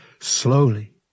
Slowly